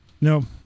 No